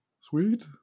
Sweet